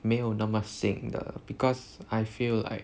没有那么信的 because I feel like